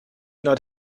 not